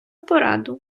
пораду